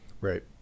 Right